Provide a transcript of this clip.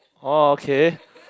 orh okay